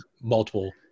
multiple